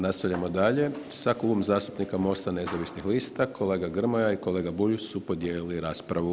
Nastavljamo dalje sa Klubom zastupnika MOST-a nezavisnih lista, kolega Grmoja i kolega Bulj su podijelili raspravu.